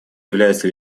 является